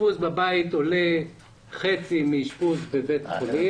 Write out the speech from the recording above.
אשפוז בבית עולה חצי מאשפוז בבית חולים.